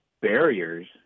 barriers